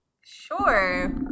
Sure